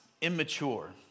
immature